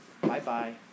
Bye-bye